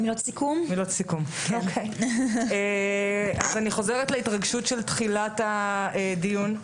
אני חוזרת להתרגשות של תחילת הדיון.